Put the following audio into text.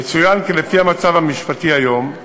יצוין כי לפי המצב המשפטי היום,